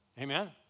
Amen